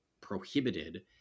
prohibited